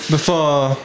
Before-